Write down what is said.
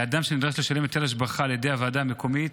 אדם שנדרש לשלם היטל השבחה על ידי הוועדה המקומית,